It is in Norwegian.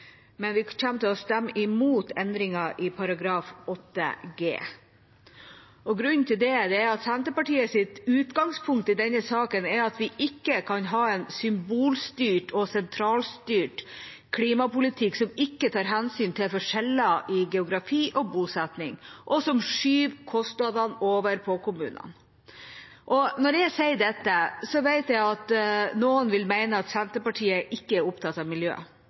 men vi kommer til å stemme imot endringer i § 8 g. Grunnen til det er at Senterpartiets utgangspunkt i denne saken er at vi ikke kan ha en symbolstyrt og sentralstyrt klimapolitikk som ikke tar hensyn til forskjeller i geografi og bosetting, og som skyver kostnadene over på kommunene. Når jeg sier dette, vet jeg at noen vil mene at Senterpartiet ikke er opptatt av miljø,